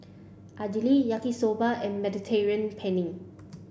Idili Yaki Soba and Mediterranean Penne